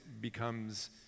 becomes